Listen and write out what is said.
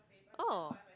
oh